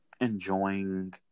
enjoying